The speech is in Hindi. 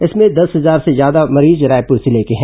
इसमें दस हजार से ज्यादा मरीज रायपुर जिले के हैं